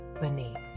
beneath